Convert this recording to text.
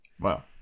Wow